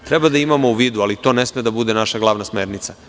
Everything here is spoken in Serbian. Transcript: Treba da imamo u vidu, ali to ne sme da bude naša glavna smernica.